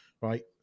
right